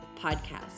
Podcast